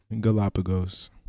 Galapagos